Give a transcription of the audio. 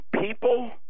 people